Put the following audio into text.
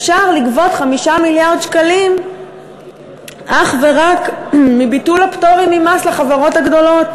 אפשר לגבות 5 מיליארד שקלים אך ורק מביטול הפטורים ממס לחברות הגדולות,